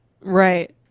Right